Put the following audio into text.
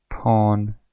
Pawn